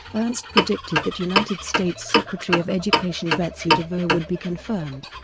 ernst predicted that united states secretary of education betsy devos would be confirmed